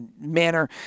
manner